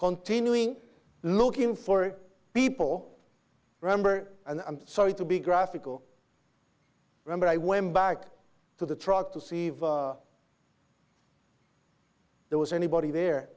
continuing looking for people remember and i'm sorry to be graphical remember i went back to the truck to see if there was anybody there